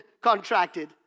contracted